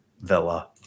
Villa